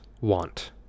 want